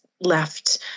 left